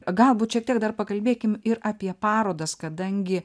galbūt šiek tiek dar pakalbėkim ir apie parodas kadangi